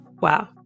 Wow